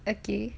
okay